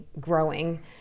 growing